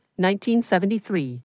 1973